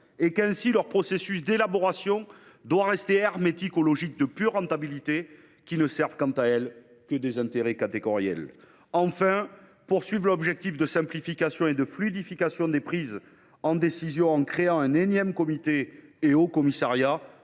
et que leur processus d’élaboration doit rester hermétique aux logiques de pure rentabilité, lesquelles ne servent que des intérêts catégoriels. Enfin, poursuivre l’objectif de simplification et de fluidification des prises de décision en créant un énième comité et haut commissariat